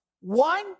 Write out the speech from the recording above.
One